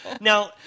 Now